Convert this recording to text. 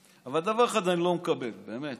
אבל דבר אחד אני לא מקבל באמת,